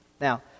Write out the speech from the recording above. Now